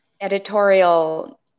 editorial